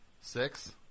Six